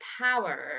power